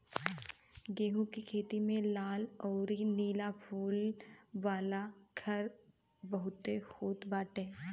गेंहू के खेत में लाल अउरी नीला फूल वाला खर बहुते होत बाटे